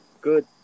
Good